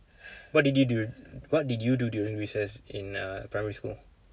what did you do what did you do during recess in uh primary school